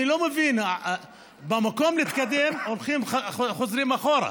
אני לא מבין, במקום להתקדם חוזרים אחורה.